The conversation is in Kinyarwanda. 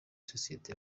sosiyete